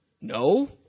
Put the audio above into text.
No